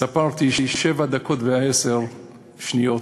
ספרתי שבע דקות ועשר שניות,